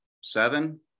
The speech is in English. Seven